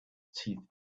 teeth